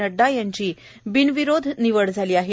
नड्डा यांची बिनविरोध निवड झाली आहे